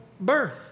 birth